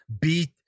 beat